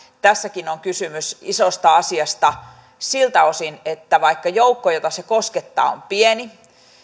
tässäkin on kysymys isosta asiasta siltä osin että vaikka joukko jota se koskettaa on pieni